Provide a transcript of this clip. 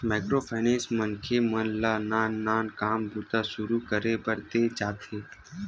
micro finance मनखे मन ल नान नान काम बूता सुरू करे बर देय जाथे